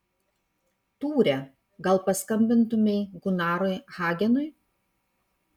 tūre gal paskambintumei gunarui hagenui